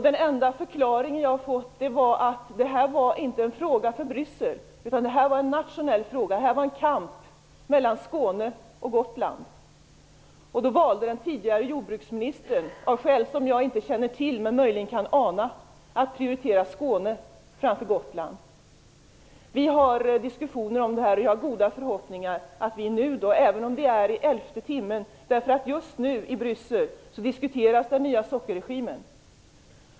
Den enda förklaring jag fått är att detta inte var en fråga för Bryssel, utan en nationell fråga - här var en kamp mellan Skåne och Gotland. Den tidigare jordbruksministern valde, av skäl som jag inte känner till men möjligen kan ana, att prioritera Skåne framför Vi har diskussioner om det här, och vi har goda förhoppningar, även om det är i elfte timmen. Just nu diskuteras i Bryssel den nya sockerregimen.